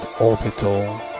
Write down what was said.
Orbital